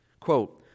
quote